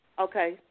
Okay